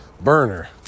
burner